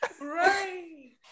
Right